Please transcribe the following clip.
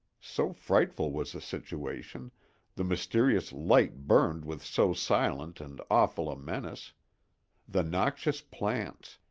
so frightful was the situation the mysterious light burned with so silent and awful a menace the noxious plants,